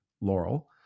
Laurel